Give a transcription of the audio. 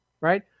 right